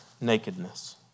nakedness